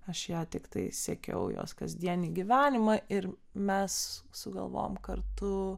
aš ją tiktai sekiau jos kasdienį gyvenimą ir mes sugalvojom kartu